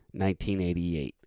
1988